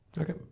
Okay